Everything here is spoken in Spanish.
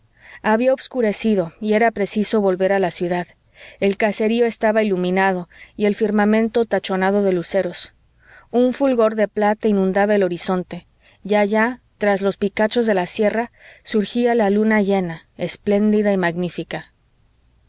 había obscurecido y era preciso volver a la ciudad el caserío estaba iluminado y el firmamento tachonado de luceros un fulgor de plata inundaba el horizonte y allá tras los picachos de la sierra surgía la luna llena espléndida y magnífica